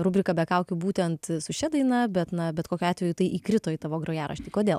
rubriką be kaukių būtent su šia daina bet na bet kokiu atveju tai įkrito į tavo grojaraštį kodėl